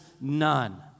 none